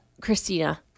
Christina